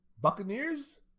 Buccaneers